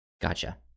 Gotcha